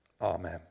Amen